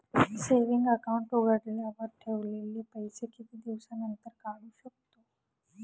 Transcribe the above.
Saving account उघडल्यावर ठेवलेले पैसे किती दिवसानंतर काढू शकतो?